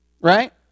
Right